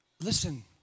listen